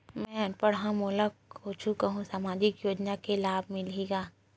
मैं अनपढ़ हाव मोला कुछ कहूं सामाजिक योजना के लाभ मिलही का?